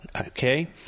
okay